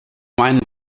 meinen